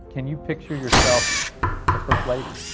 can you picture yourself the first lady?